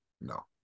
No